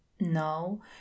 No